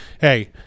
hey